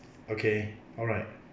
okay alright